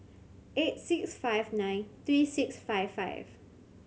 eight six five nine three six five five